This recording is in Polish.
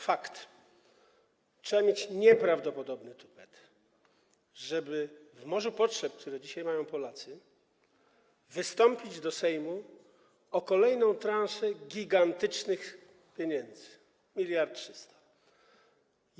Fakt, trzeba mieć nieprawdopodobny tupet, żeby w morzu potrzeb, które dzisiaj mają Polacy, wystąpić do Sejmu o kolejną transzę gigantycznych pieniędzy, 1300 mln.